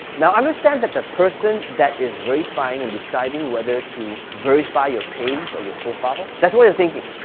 now i understand that the person that is verifying and deciding whether to verify your page or your profile, that's what they're thinking.